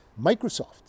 Microsoft